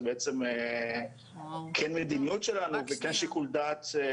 זה בעצם כן מדיניות שלנו וכן שיקול דעת.